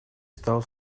стал